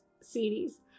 series